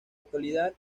actualidad